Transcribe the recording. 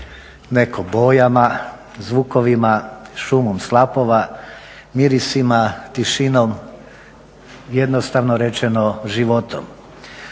neko bojama, zvukovima, šumom slapova, mirisima, tišinom, jednostavno rečeno životom.